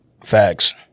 Facts